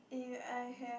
if I have